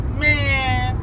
man